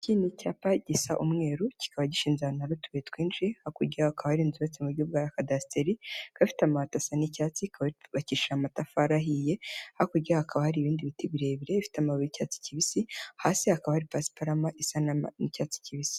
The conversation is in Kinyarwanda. Iki ni cyapa gisa umweru, kikaba gishinze ahantu utubuye twinshi, hakurya yaho hakaba inzu yubatse mu buryo bwa kadasiteri, ikaba ifite amabati asa n'icyatsi, ikaba yubakishije amatafari ahiye, hakurya yaho hakaba hari ibindi biti birebire bifite amababi y'icyatsi kibisi, hasi hakaba hari pasiparama isa n'icyatsi kibisi.